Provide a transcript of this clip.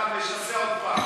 ואתה משסה עוד פעם.